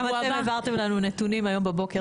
גם אתם העברתם לנו נתונים היום בוקר,